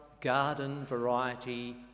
garden-variety